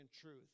truth